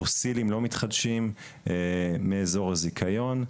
פוסיליים לא מתחדשים מאזור הזיכיון,